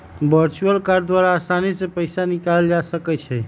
virtual card द्वारा असानी से पइसा निकालल जा सकइ छै